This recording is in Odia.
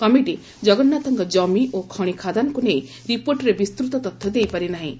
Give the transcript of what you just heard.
କମିଟି ଜଗନ୍ନାଥଙ୍କ ଜମି ଓ ଖଣି ଖାଦାନକୁ ନେଇ ରିପୋର୍ଟରେ ବିସ୍ତୃତ ତଥ୍ୟ ଦେଇପାରି ନାହିଁ